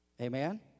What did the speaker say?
Amen